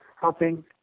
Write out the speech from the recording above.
helping